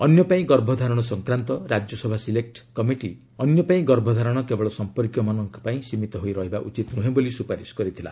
ଅନ୍ୟ ପାଇଁ ଗର୍ଭଧାରଣ ସଂକ୍ରାନ୍ତ ରାଜ୍ୟସଭା ସିଲେକ୍ କମିଟି ଅନ୍ୟ ପାଇଁ ଗର୍ଭଧାରଣ କେବଳ ସମ୍ପର୍କୀୟମାନଙ୍କ ପାଇଁ ସୀମିତ ହୋଇ ରହିବା ଉଚିତ୍ ନୁହେଁ ବୋଲି ସୁପାରିଶ କରିଥିଲା